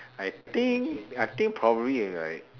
I think I think probably it's like